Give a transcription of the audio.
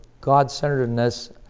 God-centeredness